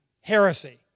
heresy